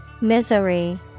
Misery